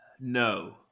No